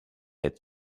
had